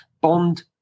Bond